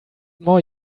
more